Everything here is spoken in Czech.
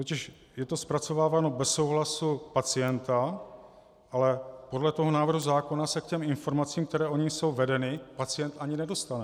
Totiž je to zpracováváno bez souhlasu pacienta, ale podle toho návrhu zákona se k těm informacím, které o nich jsou vedeny, pacient ani nedostane.